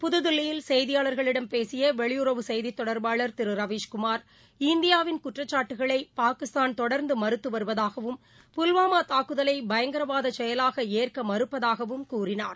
புகுதில்லியில் செய்தியாளர்களிடம் பேசியவெளியுறவு செய்திதொடர்பாளர் திருரவீஷ்குமார் இந்தியாவின் குற்றச்சாட்டுகளைபாகிஸ்தான் தொடர்ந்துமறுத்துவருவதாகவும் புல்வாமாதாக்குதலையங்கரவாதசெயலாகஏற்கமறுப்பதாகவும் கூறினார்